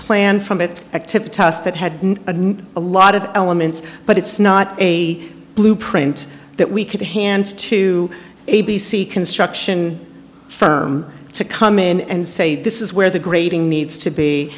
plan from it active task that had a lot of elements but it's not a blueprint that we could hand to a b c construction firm to come in and say this is where the grading needs to be